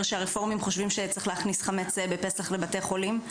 שהרפורמים חושבים שצריך להכניס חמץ בפסח לבתי חולים.